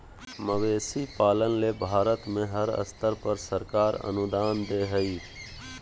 मवेशी पालन ले भारत में हर स्तर पर सरकार अनुदान दे हई